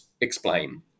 explain